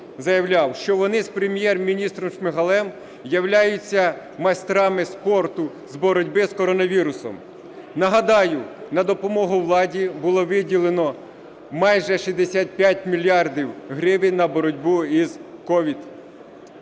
що вони з Прем'єр-міністром Шмигалем являються майстрами спорту з боротьби із коронавірусом. Нагадаю, на допомогу владі було виділено майже 65 мільярдів гривень на боротьбу із COVID.